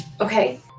Okay